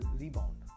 rebound